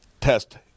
test